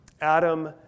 Adam